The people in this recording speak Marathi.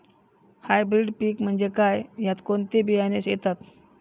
हायब्रीड पीक म्हणजे काय? यात कोणते बियाणे येतात?